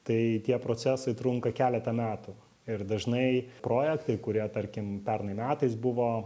tai tie procesai trunka keletą metų ir dažnai projektai kurie tarkim pernai metais buvo